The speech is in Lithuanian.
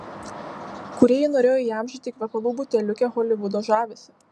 kūrėjai norėjo įamžinti kvepalų buteliuke holivudo žavesį